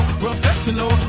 professional